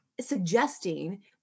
suggesting